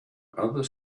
other